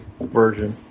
version